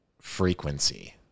frequency